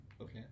Okay